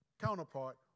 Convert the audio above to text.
counterpart